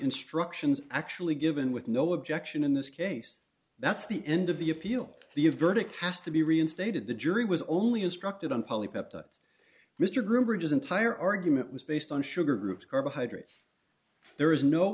instructions actually given with no objection in this case that's the end of the appeal the verdict has to be reinstated the jury was only instructed on public peptides mr gruber it is entire argument was based on sugar groups carbohydrates there is no